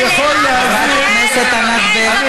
אני יכול להבין, חברת הכנסת ענת ברקו, אני